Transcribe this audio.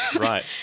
right